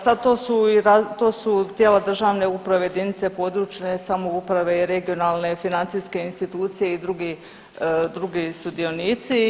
Sad to su i, to su tijela državne uprave, jedinice područne samouprave i regionalne, financijske institucije i drugi, drugi sudionici.